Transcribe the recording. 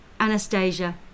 Anastasia